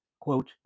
quote